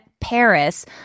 Paris